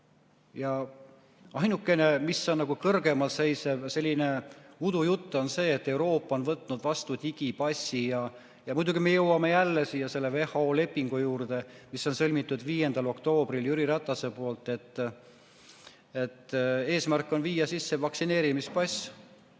Ainukene, mis on kõrgemalseisev selline udujutt, on see, et Euroopa on võtnud vastu digipassi. Ja muidugi me jõuame jälle siia selle WHO lepingu juurde, mille on sõlminud Jüri Ratas 5. oktoobril, et eesmärk on viia sisse vaktsineerimispass.